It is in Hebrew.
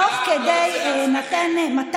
תוך כדי, אתם צריכים לעבוד אצל העם, לא אצל עצמכם.